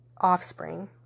offspring